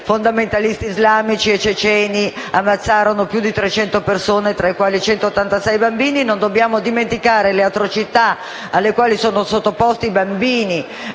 fondamentalisti islamici e ceceni hanno ammazzato più di 300 persone, tra le quali 186 bambini. Non dobbiamo dimenticare le atrocità alle quali sono sottoposti i bambini: